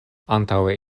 antaŭe